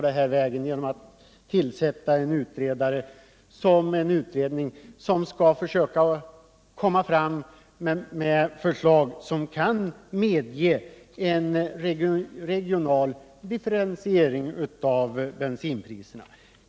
Regeringen har tillsatt en utredning som skall försöka utarbeta förslag som medger en regional differentiering av bensinpriserna.